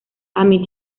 ami